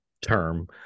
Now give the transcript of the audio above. term